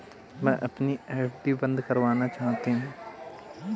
मैं अपनी एफ.डी बंद करना चाहती हूँ